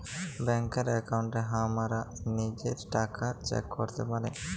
ব্যাংকের একাউন্টে হামরা লিজের টাকা চেক ক্যরতে পারি